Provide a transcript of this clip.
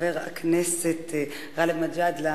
חבר הכנסת גאלב מג'אדלה,